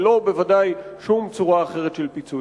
ובוודאי לא שום צורה אחרת של פיצוי.